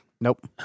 Nope